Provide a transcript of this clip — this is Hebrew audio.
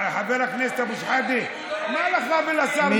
חבר הכנסת אבו שחאדה, מה לך ולשר מתן כהנא?